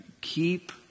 Keep